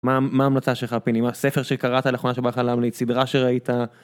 מה ההמלצה שלך פיני? ספר שקראת לאחרונה שבא לך להמליץ? סדרה שראית?